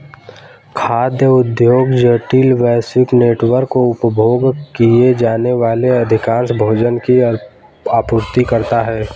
खाद्य उद्योग जटिल, वैश्विक नेटवर्क, उपभोग किए जाने वाले अधिकांश भोजन की आपूर्ति करता है